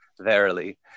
Verily